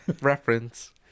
Reference